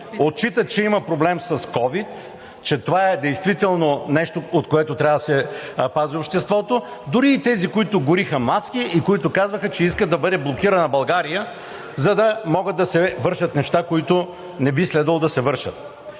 отчитат, че има проблем с ковид, че това е действително нещо, от което трябва да се пази обществото, дори и тези, които гориха маски и които казваха, че искат да бъде блокирана България, за да могат да се вършат неща, които не би следвало да се вършат.